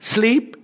Sleep